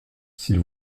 s’il